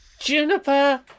Juniper